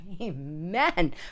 Amen